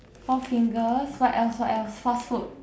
four fingers what else what else fast food